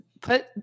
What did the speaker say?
put